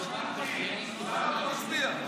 הוא אומר שהוא לא מצביע, למוחרת הוא מצביע.